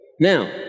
Now